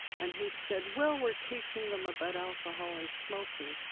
and he said, well, we're teaching them about alcohol and smoking.